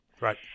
Right